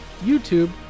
youtube